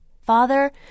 Father